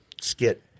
skit